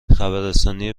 خبررسانی